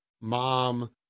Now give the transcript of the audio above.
mom